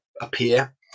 appear